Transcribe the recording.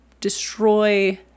destroy